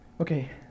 Okay